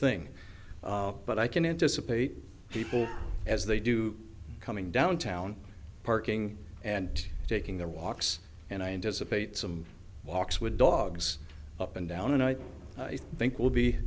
thing but i can anticipate people as they do coming downtown parking and taking their walks and i anticipate some walks with dogs up and down and i think we'll be